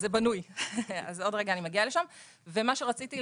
עוד נקודה אחת שרציתי להגיד,